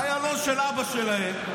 איילון של אבא שלהם,